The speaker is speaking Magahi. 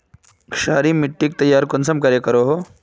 क्षारी मिट्टी खानोक कुंसम तैयार करोहो?